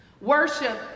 Worship